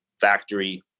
Factory